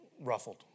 ruffled